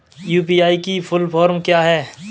UPI की full form क्या है?